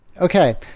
Okay